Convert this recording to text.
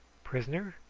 prisoner?